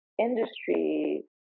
industry